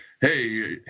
hey